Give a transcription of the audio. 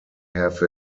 have